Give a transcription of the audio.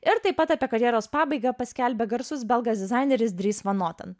ir taip pat apie karjeros pabaigą paskelbė garsus belgas dizaineris dries van noten